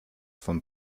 von